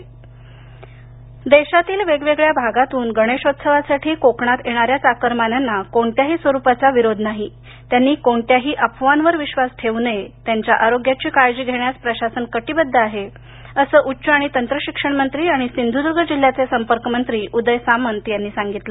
शांतता समिती देशातील वेगवेगळ्या भागातून गणेशोत्सवासाठी कोकणात येणाऱ्या चाकरमान्यांना कोणत्याही स्वरूपाचा विरोध नाही त्यांनी कोणत्याही अफवांवर विश्वास ठेऊ नये त्यांच्या आरोग्याची काळजी घेण्यास प्रशासन कटिबद्ध आहे असं उच्च आणि तंत्र शिक्षण मंत्री आणि सिंधुद्र्ग जिल्ह्याचे संपर्क मंत्री उदय सामंत यांनी संगितलं